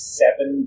seven